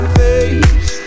face